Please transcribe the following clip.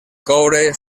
coure